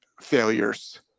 failures